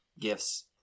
gifts